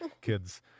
kids